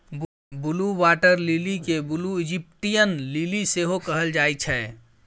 blue water lily केँ blue Egyptian lily सेहो कहल जाइ छै